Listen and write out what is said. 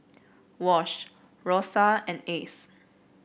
Wash Rosa and Ace